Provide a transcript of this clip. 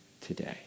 today